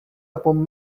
upon